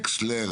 וקסלר